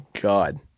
god